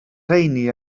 rheiny